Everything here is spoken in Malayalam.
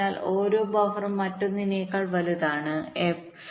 അതിനാൽ ഓരോ ബഫറും മറ്റൊന്നിനേക്കാൾ വലുതാണ് എഫ്